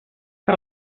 per